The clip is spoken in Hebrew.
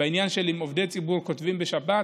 האם עובדי ציבור כותבים בשבת?